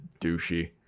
douchey